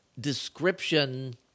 description